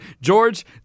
George